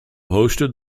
hosted